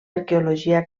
arqueologia